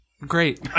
Great